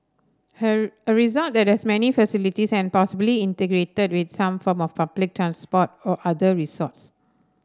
here a resort that has many facilities and possibly integrated with some form of public transport or other resorts